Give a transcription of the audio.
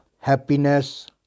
happiness